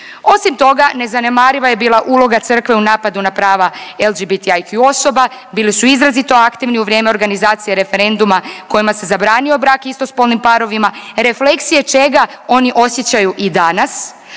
Osim toga nezanemariva je bila uloga Crkve u napadu na prava LGBTIQ osoba bili su izrazito aktivni u vrijeme organizacija referenduma kojima se zabranio brak istospolnim parovima refleksije čega oni osjećaju i danas